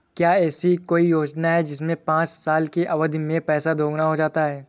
क्या ऐसी कोई योजना है जिसमें पाँच साल की अवधि में पैसा दोगुना हो जाता है?